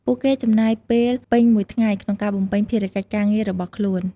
ពួកគេចំណាយពេលពេញមួយថ្ងៃក្នុងការបំពេញភារកិច្ចការងាររបស់ខ្លួន។